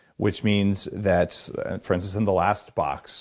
which means that for instance in the last box